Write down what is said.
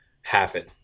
happen